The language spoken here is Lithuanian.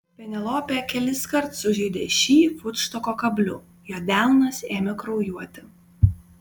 penelopė keliskart sužeidė šį futštoko kabliu jo delnas ėmė kraujuoti